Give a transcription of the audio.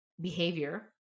behavior